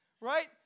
Right